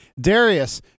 Darius